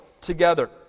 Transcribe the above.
together